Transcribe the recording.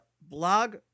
blog